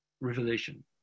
revelation